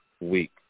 week